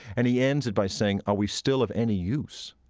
and he ends it by saying, are we still of any use?